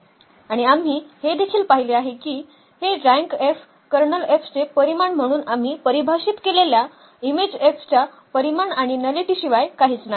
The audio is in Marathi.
आणि आम्ही हे देखील पाहिले आहे की हे केर F चे परिमाण म्हणून आम्ही परिभाषित केलेल्या Im च्या परिमाण आणि नलिटी शिवाय काहीच नाही